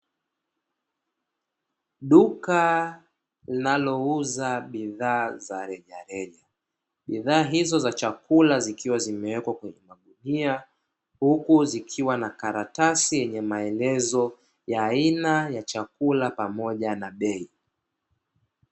Duka linalouza bidhaa za rejareja bidhaa hizo za chakula zikiwa zimewekwa kwenye magunia, Huku zikiwa na karatasi yenye maelezo ya aina ya chakula pamoja na bei.